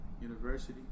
University